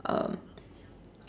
um